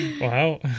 Wow